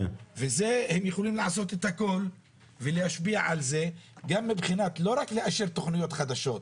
הם יכולים לעשות הכול ולהשפיע על זה לא רק על-ידי אישור תכניות חדשות.